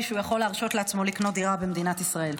שהוא יכול להרשות לעצמו לקנות דירה במדינת ישראל.